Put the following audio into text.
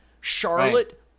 Charlotte